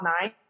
nine